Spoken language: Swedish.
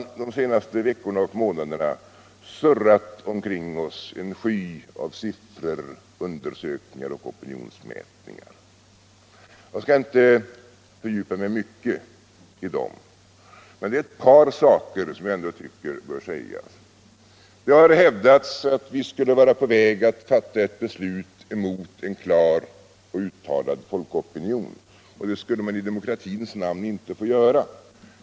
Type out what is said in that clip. Under de senaste veckorna och månaderna har det surrat omkring oss en sky av siffror, undersökningar och opinionsmätningar. Jag skall inte fördjupa mig mycket i dem, men det är ett par saker som jag ändå tycker bör sägas. Det har hävdats att vi skulle vara på väg att fatta ett beslut mot en klar och uttalad folkopinion, och det skulle man i demokratins namn inte få göra.